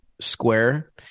square